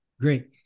Great